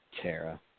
Tara